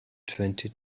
twenty